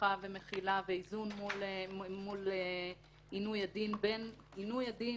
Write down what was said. שכחה ומחילה ואיזון מול עינוי הדין; לבין עינוי הדין